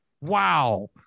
Wow